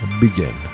begin